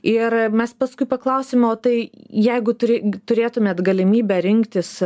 ir mes paskui paklausėm o tai jeigu turi turėtumėt galimybę rinktis